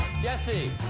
Jesse